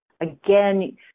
again